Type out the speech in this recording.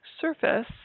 surface